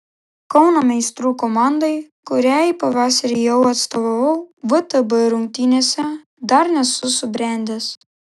kauno meistrų komandai kuriai pavasarį jau atstovavau vtb rungtynėse dar nesu subrendęs